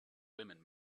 women